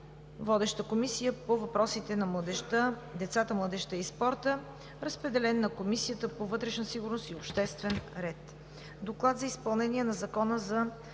Водеща е Комисията по въпросите на децата, младежта и спорта. Разпределен е на Комисията по вътрешна сигурност и обществен ред. Доклад за изпълнение на Закона за